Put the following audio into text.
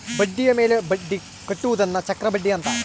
ಬಡ್ಡಿಯ ಮೇಲೆ ಬಡ್ಡಿ ಕಟ್ಟುವುದನ್ನ ಚಕ್ರಬಡ್ಡಿ ಅಂತಾರೆ